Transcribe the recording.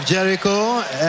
Jericho